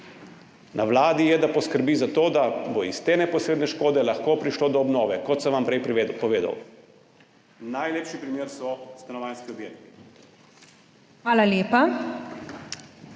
Na vladi je, da poskrbi za to, da bo iz te neposredne škode lahko prišlo do obnove. Kot sem vam prej povedal, so najlepši primer stanovanjski objekti.